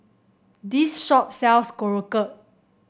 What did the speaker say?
this shop sells Korokke